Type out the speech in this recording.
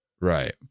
Right